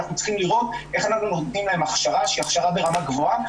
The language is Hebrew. אנחנו צריכים לראות איך אנחנו נותנים להן הכשרה שהיא הכשרה ברמה גבוהה,